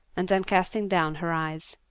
and then casting down her eyes.